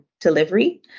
delivery